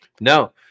No